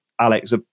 Alex